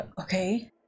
okay